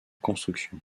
construction